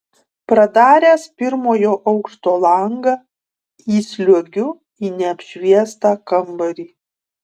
pradaręs pirmojo aukšto langą įsliuogiu į neapšviestą kambarį